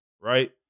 Right